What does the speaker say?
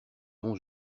dont